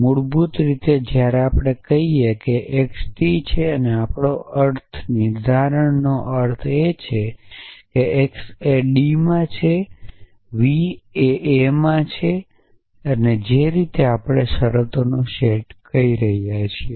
મૂળભૂત રીતે જ્યારે આપણે કહીએ છીએ કે x t છે આપણે તેનો અર્થનિર્ધારણનો અર્થ એ છે કે x એ D માં છે V એ A માં છે જે આપણે શરતોનો સેટ કહી રહ્યા છીએ